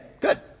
good